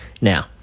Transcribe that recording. Now